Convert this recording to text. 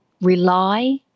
rely